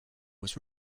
was